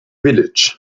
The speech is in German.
village